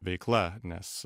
veikla nes